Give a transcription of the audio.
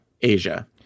Asia